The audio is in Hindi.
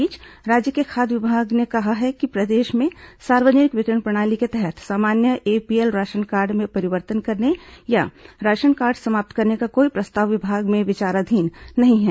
इस बीच राज्य के खाद्य विभाग ने कहा है कि प्रदेश में सार्वजनिक वितरण प्रणाली के तहत सामान्य एपीएल राशन कार्ड में परिवर्तन करने या राशन कार्ड समाप्त करने का कोई प्रस्ताव विभाग में विचाराधीन नहीं है